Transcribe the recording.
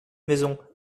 maison